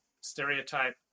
stereotype